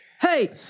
Hey